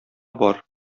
бар